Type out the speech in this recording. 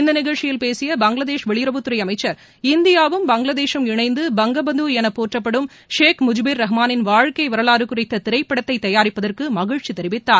இந்த நிகழ்ச்சியில் பேசிய பங்களாதேஷ் வெளியுறவுத்துறை அமைச்சர் இந்தியாவும் பங்களாதேஷம் இணைந்து பங்கபந்து எனப் போற்றப்படும் ஷேக் முஜீபூர் ரஹ்மானின் வாழ்க்கை வரலாறு குறித்த திரைப்படத்தை தயாரிப்பதற்கு மகிழ்ச்சி தெரிவித்தார்